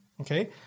Okay